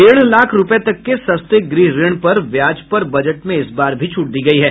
डेढ़ लाख रूपये तक के सस्ते गृह ऋण पर ब्याज पर बजट में इस बार भी छूट दी गयी है